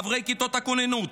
חברי כיתות כוננות,